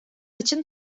için